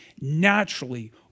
naturally